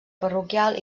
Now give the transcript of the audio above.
parroquial